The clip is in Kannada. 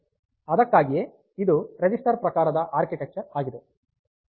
ಅದಕ್ಕಾಗಿಯೇ ಇದು ರಿಜಿಸ್ಟರ್ ಪ್ರಕಾರದ ಆರ್ಕಿಟೆಕ್ಚರ್ ಆಗಿದೆ